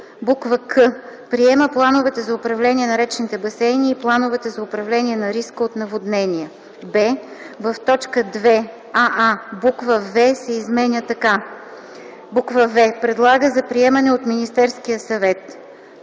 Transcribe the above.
”к”: „к) приема плановете за управление на речните басейни и плановете за управление на риска от наводнения.”; б) в т. 2: аа) буква „в” се изменя така: „в) предлага за приемане от Министерския съвет: